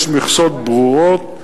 יש מכסות ברורות,